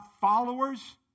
followers